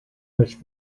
nicht